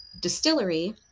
distillery